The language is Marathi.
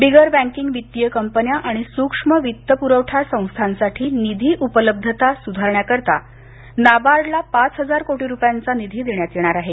बिगर बैंकीगं वित्तीय कंपन्या आणि सूक्ष्म वित्त पुरवठा संस्थासाठी निधी उपलब्धता सुधारण्याकरता नाबार्ड ला पाच हजार कोटी रुपयांचा निधी देण्यात येणार आहे